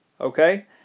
okay